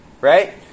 Right